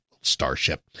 starship